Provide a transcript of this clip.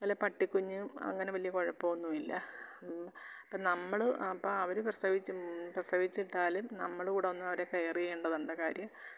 നല്ല പട്ടിക്കുഞ്ഞും അങ്ങനെ വലിയ കുഴപ്പമൊന്നും ഇല്ല ഇപ്പം നമ്മൾ അപ്പം അവർ പ്രസവിച്ച് പ്രസവിച്ചിട്ടാലും നമ്മൾ കൂടൊന്ന് അവരെ കെയറ് ചെയ്യേണ്ടതൊണ്ട് കാര്യം